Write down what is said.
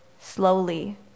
slowly